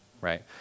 right